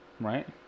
Right